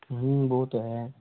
वो तो है